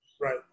Right